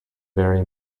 very